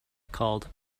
called